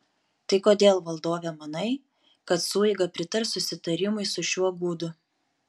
tai kodėl valdove manai kad sueiga pritars susitarimui su šiuo gudu